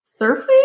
surfing